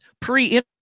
pre